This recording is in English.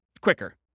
quicker